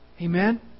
Amen